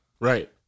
Right